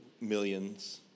millions